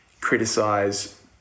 criticise